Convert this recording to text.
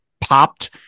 popped